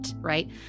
right